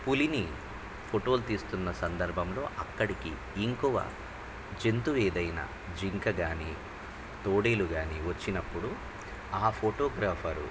పులిని ఫోటోలు తీస్తున్న సందర్భంలో అక్కడికి ఇంకొవ జంతువు ఏదైనా జింక కాని తోడేలు కాని వచ్చినప్పుడు ఆ ఫోటోగ్రాఫరు